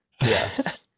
yes